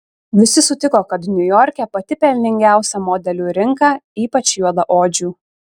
visi sutiko kad niujorke pati pelningiausia modelių rinka ypač juodaodžių